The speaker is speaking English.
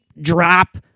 drop